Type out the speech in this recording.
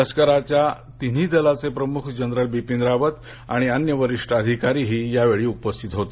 लष्कराच्या तिन्ही दलाचे प्रमुख जनरल बिपीन रावत आणि अन्य वरिष्ठ लष्करी अधिकारीही यावेळी उपस्थित होते